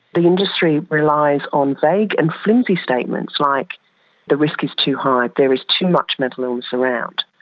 the industry relies on vague and flimsy statements like the risk is too high, there is too much mental illness around.